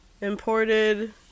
imported